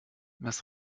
was